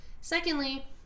Secondly